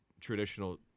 traditional